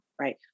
Right